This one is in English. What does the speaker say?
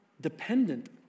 dependent